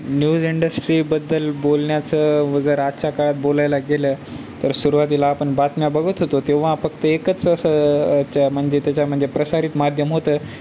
news इंडस्ट्रीबद्दल बोलण्याचं जर आजच्या काळात बोलायला गेलं तर सुरुवातीला आपण बातम्या बघत होतो तेव्हा फक्त एकच असं म्हणजे त्याच्या म्हणजे प्रसारित माध्यम होतं